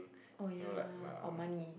oh yea or money